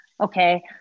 okay